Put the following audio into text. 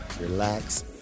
relax